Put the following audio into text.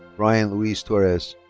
brian luis torres.